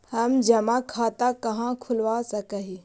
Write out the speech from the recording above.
हम जमा खाता कहाँ खुलवा सक ही?